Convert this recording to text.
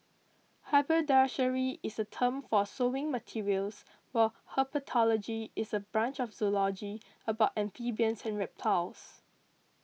haberdashery is a term for sewing materials while herpetology is a branch of zoology about amphibians and reptiles